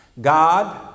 God